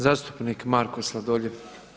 Zastupnik Marko Sladoljev.